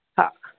ہاں